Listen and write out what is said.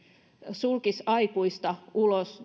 sulkisi aikuista ulos